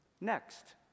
Next